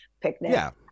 picnic